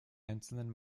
einzelnen